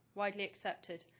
widely accepted,